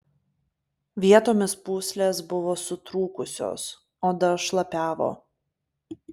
vietomis pūslės buvo sutrūkusios oda šlapiavo